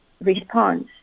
response